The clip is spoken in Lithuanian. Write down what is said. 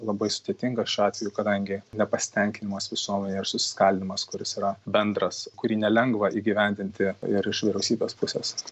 labai sudėtingas šiuo atveju kadangi nepasitenkinimas visuomenėj ir susiskaldymas kuris yra bendras kurį nelengva įgyvendinti ir iš vyriausybės pusės